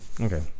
okay